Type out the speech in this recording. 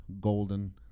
golden